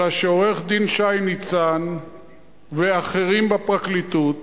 אלא שעורך-דין שי ניצן ואחרים בפרקליטות